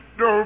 no